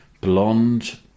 blonde